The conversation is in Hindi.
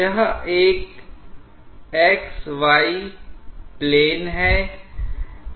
यह एक x y प्लेन है